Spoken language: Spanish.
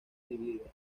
divididas